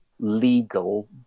legal